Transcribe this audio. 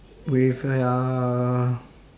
with a uh